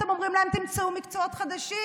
אתם אומרים להם: תמצאו מקצועות חדשים,